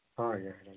ହଁ ଆଜ୍ଞା